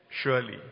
Surely